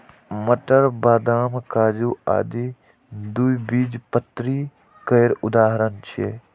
मटर, बदाम, काजू आदि द्विबीजपत्री केर उदाहरण छियै